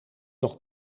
nog